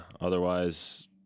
Otherwise